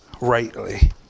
rightly